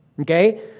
Okay